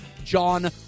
John